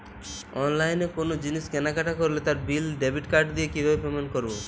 অনলাইনে কোনো জিনিস কেনাকাটা করলে তার বিল ডেবিট কার্ড দিয়ে কিভাবে পেমেন্ট করবো?